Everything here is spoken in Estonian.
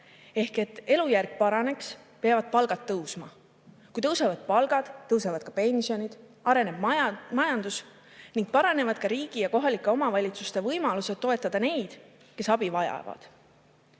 Ehk et elujärg paraneks, peavad palgad tõusma. Kui tõusevad palgad, tõusevad ka pensionid, areneb majandus ning paranevad ka riigi ja kohalike omavalitsuste võimalused toetada neid, kes abi vajavad.